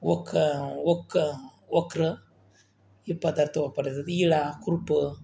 वख वक वखरं हे पदार्थ वापरले जाते विळा खुरपं